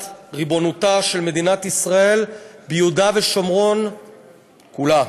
ריבונותה של מדינת ישראל ביהודה ושומרון כולם.